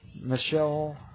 Michelle